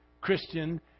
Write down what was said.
Christian